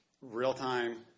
real-time